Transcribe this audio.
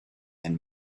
and